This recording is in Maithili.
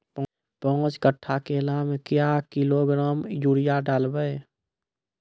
पाँच कट्ठा केला मे क्या किलोग्राम यूरिया डलवा?